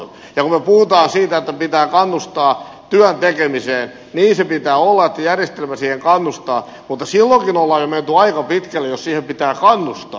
kun me puhumme siitä että pitää kannustaa työn tekemiseen niin sen pitää olla että järjestelmä siihen kannustaa mutta silloinkin on jo menty aika pitkälle jos siihen pitää kannustaa